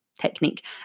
technique